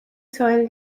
soil